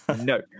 no